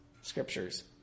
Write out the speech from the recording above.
scriptures